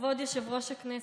כבוד יושב-ראש הכנסת,